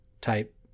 type